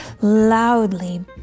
loudly